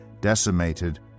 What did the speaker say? decimated